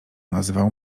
nazywał